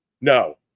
No